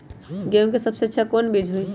गेंहू के सबसे अच्छा कौन बीज होई?